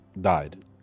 died